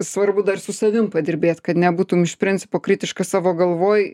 svarbu dar su savim padirbėt kad nebūtum iš principo kritiškas savo galvoj